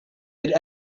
had